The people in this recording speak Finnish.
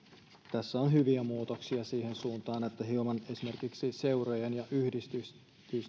tässä on hyviä muutoksia siihen suuntaan että esimerkiksi seurojen ja yhdistysten